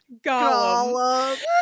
Gollum